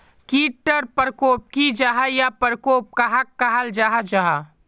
कीट टर परकोप की जाहा या परकोप कहाक कहाल जाहा जाहा?